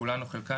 כולן או חלקן,